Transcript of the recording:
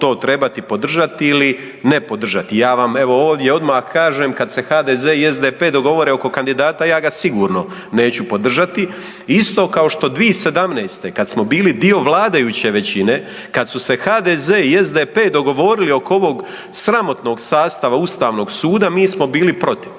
to trebati podržati ili ne podržati. Ja vam evo ovdje odmah kažem kad se HDZ i SDP dogovore oko kandidata ja ga sigurno neću podržati isto kao što 2017. kad smo bili dio vladajuće većine, kad su se HDZ i SDP dogovorili oko ovog sramotnog sastava ustavnog suda mi smo bili protiv.